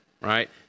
Right